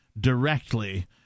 directly